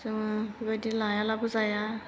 जोङो बेबायदि लायालाबो जाया